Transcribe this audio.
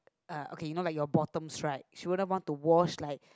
uh okay you know like your bottoms right she wouldn't want to wash like